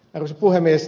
arvoisa puhemies